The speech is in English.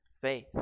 faith